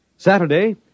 Saturday